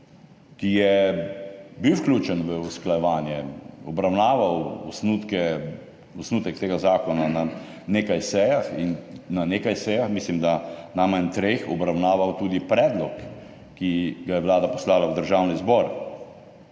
ki je bil vključen v usklajevanje, obravnaval osnutek tega zakona na nekaj sejah in na nekaj sejah, mislim, da najmanj treh, obravnaval tudi predlog, ki ga je Vlada poslala v Državni zbor?